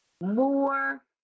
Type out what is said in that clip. more